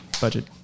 budget